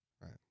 Right